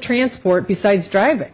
transport besides driving